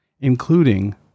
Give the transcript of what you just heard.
including